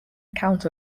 account